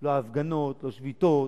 לא הפגנות, לא שביתות,